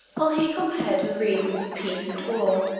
while he compared the reasons of peace and war,